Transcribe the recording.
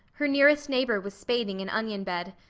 her nearest neighbour was spading an onion bed.